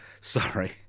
Sorry